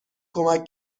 کمک